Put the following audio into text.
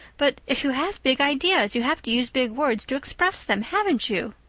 but if you have big ideas you have to use big words to express them, haven't you?